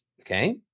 okay